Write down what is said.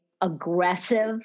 aggressive